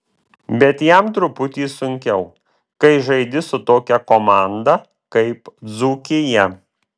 bet jam truputį sunkiau kai žaidi su tokia komanda kaip dzūkija